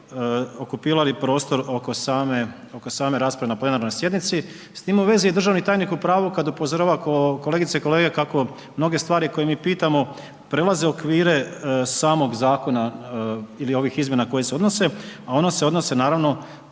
ne bi okupirali prostor oko same rasprave na plenarnoj sjednici. S tim u vezi je državni tajniku pravu, kada upozorava kolegice i kolege, kako mnoge stvari koje mi pitamo, prelaze okvire samog zakona ili ovih izmjena na koje se odnose, a one se odnose, naravno,